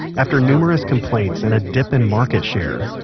after numerous complaints and a dip in market share,